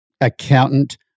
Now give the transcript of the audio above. accountant